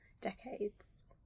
decades